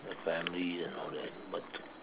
like family and all that but